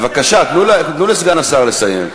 בבקשה, תנו לסגן השר לסיים.